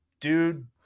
dude